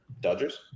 dodgers